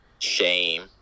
shame